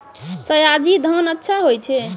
सयाजी धान अच्छा होय छै?